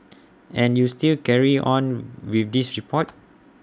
and you still carried on with this report